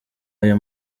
aya